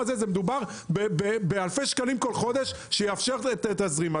מדובר באלפי שקלים כל חודש שיאפשרו תזרים.